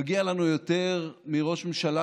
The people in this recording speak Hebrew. מגיע לנו יותר מראש ממשלה,